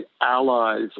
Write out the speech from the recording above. allies